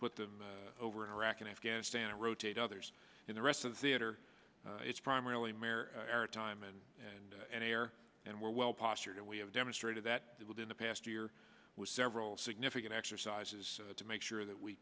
put them over in iraq and afghanistan and rotate others in the rest of the inner it's primarily mare air time and and an air and we're well postured and we have demonstrated that within the past year with several significant exercises to make sure that we